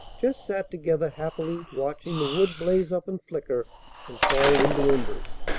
just sat together happily, watching the wood blaze up and flicker and fall into embers.